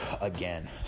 again